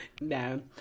No